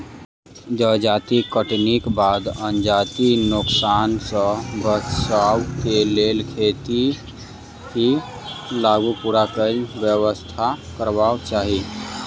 जजाति कटनीक बाद अनाजक नोकसान सॅ बचबाक लेल खेतहि लग पूरा काजक व्यवस्था करबाक चाही